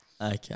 okay